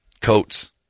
Coats